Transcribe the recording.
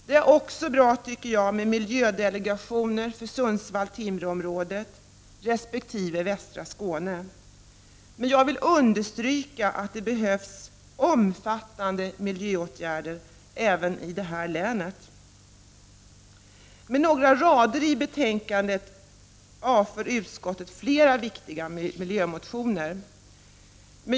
Det är också bra med en miljödelegation för Sundsvall—Timrå-området resp. västra Skåne. Jag vill dock understryka att det även behövs omfattande miljöåtgärder i det här länet. Med några rader i betänkandet avför utskottet flera viktiga miljömotioner.